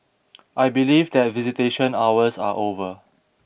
I believe that visitation hours are over